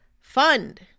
fund